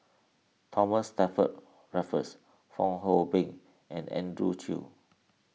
Thomas Stamford Raffles Fong Hoe Beng and Andrew Chew